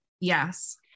Yes